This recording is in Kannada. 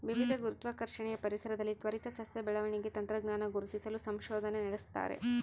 ವಿವಿಧ ಗುರುತ್ವಾಕರ್ಷಣೆಯ ಪರಿಸರದಲ್ಲಿ ತ್ವರಿತ ಸಸ್ಯ ಬೆಳವಣಿಗೆ ತಂತ್ರಜ್ಞಾನ ಗುರುತಿಸಲು ಸಂಶೋಧನೆ ನಡೆಸ್ತಾರೆ